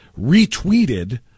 retweeted